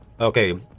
Okay